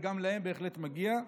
וגם להם בהחלט מגיע.